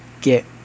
get